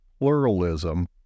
pluralism